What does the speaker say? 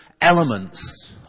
elements